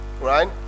right